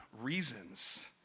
reasons